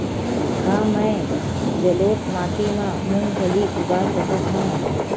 का मैं जलोढ़ माटी म मूंगफली उगा सकत हंव?